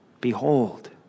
Behold